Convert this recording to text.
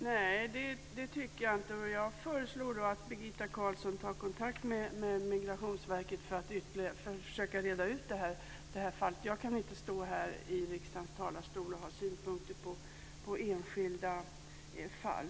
Fru talman! Nej, det tycker jag inte. Jag föreslår att Birgitta Carlsson tar kontakt med Migrationsverket för att försöka reda ut det här fallet. Jag kan inte från riksdagens talarstol ha synpunkter på enskilda fall.